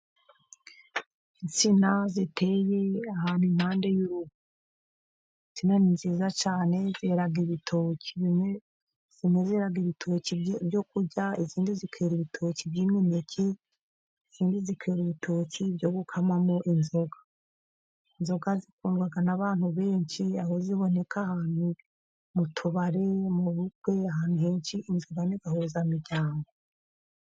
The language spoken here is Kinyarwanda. Insina ziteye ahantu impande y'urugo . Insina ni nziza cyane, zera ibitoki, zimwe zera ibitoki ibyo kurya, izindi zikera ibitoki by'imineke, izindi zikera ibitoki byo gukamamo inzoga, inzoga zikundwa n'abantu benshi, aho ziboneka ahantu mu tubari, mu bukwe, ahantu henshi inzoga ni gahuzamiryango.